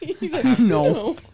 No